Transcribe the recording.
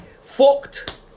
fucked